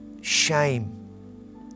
shame